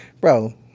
bro